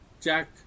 Jack